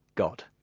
god.